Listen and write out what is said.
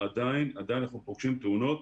אנחנו פוגשים תאונות,